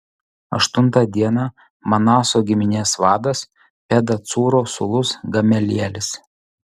aštuntą dieną manaso giminės vadas pedacūro sūnus gamelielis